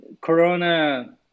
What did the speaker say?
Corona